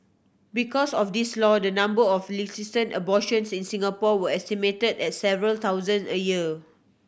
because of this law the number of illicit abortions in Singapore were estimated at several thousands a year